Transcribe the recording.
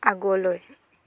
আগলৈ